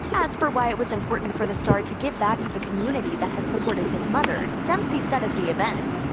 as for why it was important for the star to give back to the community that had supported his mother, dempsey said at the event,